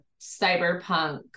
cyberpunk